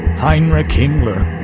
heinrich himmler,